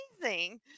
amazing